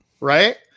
right